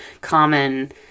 common